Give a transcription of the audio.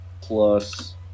plus